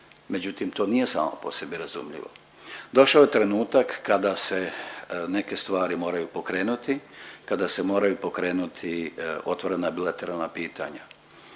međutim to nije samo po sebi razumljivo. Došao je trenutak kada se neke stvari moraju pokrenuti, kada se moraju pokrenuti otvorena bilateralna pitanja.